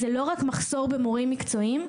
זה לא רק מחסור במורים מקצועיים,